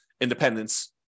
independence